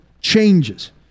changes